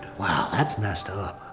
wow, that's messed up.